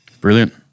brilliant